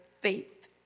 faith